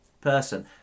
person